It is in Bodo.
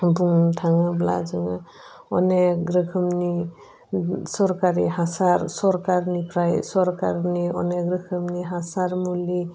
बुंनो थाङोब्ला जोङो अनेक रोखोमनि सोरखारि हासार सोरखारनिफ्राय सोरखारनि अनेक रोखोमनि हासार मुलि